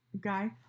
guy